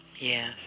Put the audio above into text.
Yes